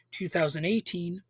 2018